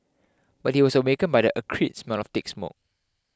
but he was awakened by the acrid smell of thick smoke